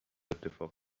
اتفاق